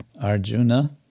Arjuna